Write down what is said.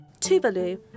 Tuvalu